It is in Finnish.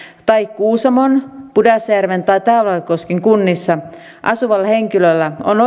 tai kuusamon pudasjärven tai taivalkosken kunnissa asuvalla henkilöllä on